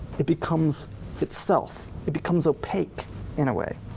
it becomes itself, it becomes opaque in a way.